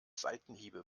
seitenhiebe